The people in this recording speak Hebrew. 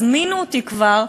הזמינו אותי כבר,